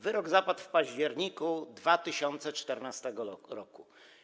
Wyrok zapadł w październiku 2014 r.